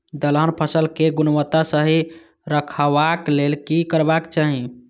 दलहन फसल केय गुणवत्ता सही रखवाक लेल की करबाक चाहि?